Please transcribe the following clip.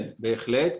כן, בהחלט.